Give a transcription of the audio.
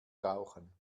rauchen